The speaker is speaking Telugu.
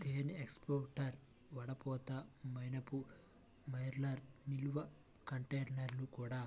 తేనె ఎక్స్ట్రాక్టర్, వడపోత, మైనపు మెల్టర్, నిల్వ కంటైనర్లు కూడా